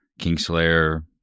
Kingslayer